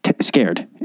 scared